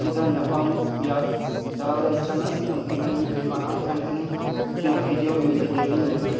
ᱢᱤᱫ ᱫᱷᱟᱣ ᱧᱟᱯᱟᱢ ᱨᱮᱭᱟᱜ ᱪᱟᱞᱟᱣ ᱨᱮᱭᱟᱜ ᱤᱪᱪᱷᱟ ᱢᱮᱱᱟᱜ ᱛᱤᱧᱟ ᱩᱱᱠᱤᱱ ᱨᱮᱱ ᱤᱧ ᱟᱰᱤ ᱢᱟᱨᱟᱝ ᱯᱷᱮᱱ ᱠᱟᱹᱱᱟᱹᱧ ᱩᱱᱠᱤᱱᱟᱜ ᱵᱷᱤᱰᱭᱳ ᱤᱧ ᱫᱤᱞᱤᱧ ᱧᱮᱞᱟ